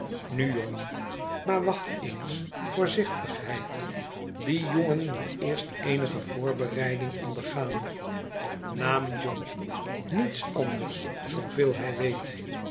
nu jongen maar wacht eens voorzichtigheid die jongen moet eerst eenige voorbereiding ondergaan naam jo niets anders zooveel hij weet